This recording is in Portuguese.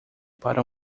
para